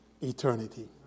eternity